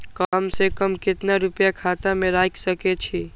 कम से कम केतना रूपया खाता में राइख सके छी?